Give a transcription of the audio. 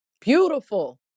Beautiful